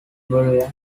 bureau